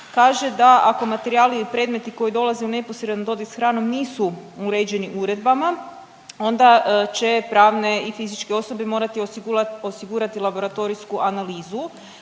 kaže da ako materijali i predmeti koji dolaze u neposredni dodir sa hranom nisu uređeni uredbama onda će pravne i fizičke osobe morati osigurati laboratorijsku analizu,